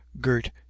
girt